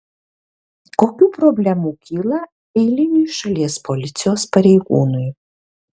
kokių problemų kyla eiliniui šalies policijos pareigūnui